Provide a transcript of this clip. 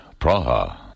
Praha